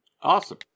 Awesome